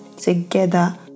together